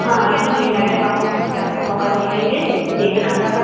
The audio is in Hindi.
हाँ नहीं नहीं मैडम आपको हम शिकायत का मौका नही देंगे एक नंबर का